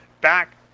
back